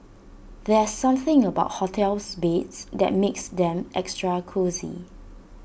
there's something about hotels beds that makes them extra cosy